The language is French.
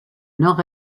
nord